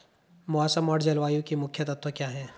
मौसम और जलवायु के मुख्य तत्व क्या हैं?